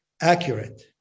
accurate